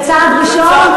וזה צעד ראשון.